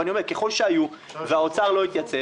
אבל אני אומר: ככל שהיו והאוצר לא התייצב,